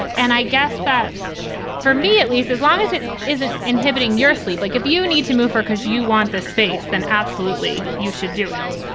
and i guess that for me, at least, as long as it isn't inhibiting your sleep, like if you need to move or because you want the space, then absolutely you should do it.